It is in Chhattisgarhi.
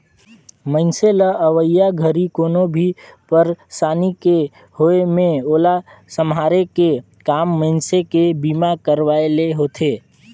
मइनसे ल अवइया घरी कोनो भी परसानी के होये मे ओला सम्हारे के काम मइनसे के बीमा करवाये ले होथे